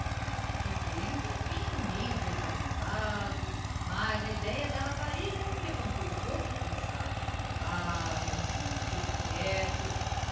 fiquei um tempinho meio desalentado mas a idéa da rapariga me levantou o corpo cançado ah meu sangue fica quieto